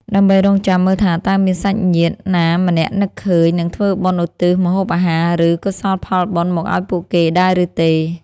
ដើម្បីរង់ចាំមើលថា តើមានសាច់ញាតិណាម្នាក់នឹកឃើញ និងធ្វើបុណ្យឧទ្ទិសម្ហូបអាហារ ឬកុសលផលបុណ្យមកឱ្យពួកគេដែរឬទេ។